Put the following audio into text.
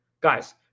Guys